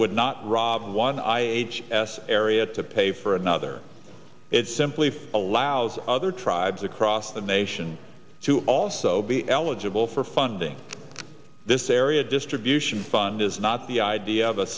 would not rob one i h s area to pay for another it simply allows other tribes across the nation to also be eligible for funding this area distribution fund is not the idea of a